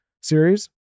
series